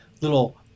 little